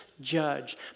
judge